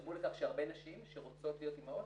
יגרמו לכך שהרבה נשים שרוצות להיות אימהות,